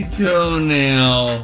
toenail